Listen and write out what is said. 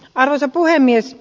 arvoisa puhemies